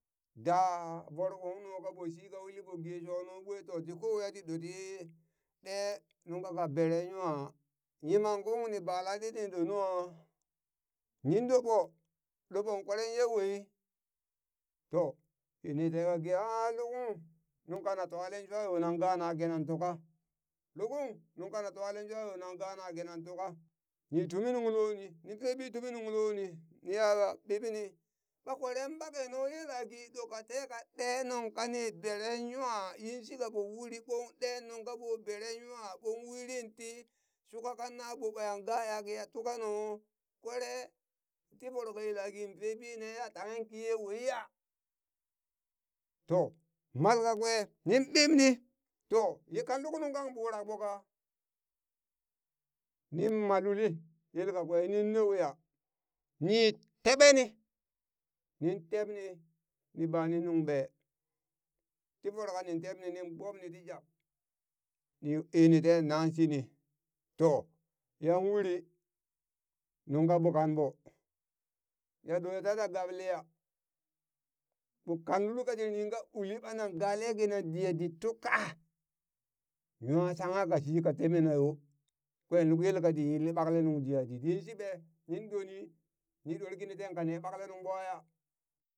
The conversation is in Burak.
Da voro kung nungka ɓo shika uli ɓon ge shonnu ɓwe to ti ko waiya ti ɗot ti ɗe nung kaka beren nwa yimank kun ni ba latɗi ni ɗo nua? nin ɗoɓo ɗoɓon kweren ye wai to ni teka ge aa lukung nungka na twalen shwa yo nan gana kinan tuka lukung nungka na twalen shwa yo nan gana kinan tuka ni tumi nung loni nin kobi tumi nung loni niya ɓiɓini ɓa kweren ɓake nu yelaki ɗoka teka ɗe nungka ni beren nwa yinshika ɓo uri ɓon ɗe nungka ɓo beren nwa ɓon urin ti shuka kan naɓo ɓayan gaya kiya tuka nu kwere ti voro ka yelaki pebine ya tanghe kiye waiya? toh mal kakwe nin bibni toh yekan luk nunkang ɓurak ɓo ka nin ma luli yel kakwe nin neuya ni teɓeni nin tebni ni bani nung ɓee ti voro kanin tebni nin bobni ti jab ni eni ten naan shini to yan uri nunka ɓobkan ɓo yaɗo taya gabliya ɓo kan lulka tin ɗingan uli ɓanan galen kinaŋ diya di tuka nwa shangha ka shi ka teme nayo kwen luk yelka tiŋ yilli ɓakle nung diya dit yinshiɓe nin ɗoni ni dor kini ten kane ɓakle nung ɓwaya